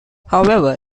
however